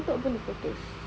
how to open the photos